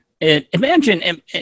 Imagine –